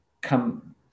come